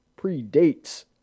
predates